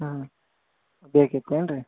ಹ್ಞೂ ಬೇಕಿತ್ತೇನು ರೀ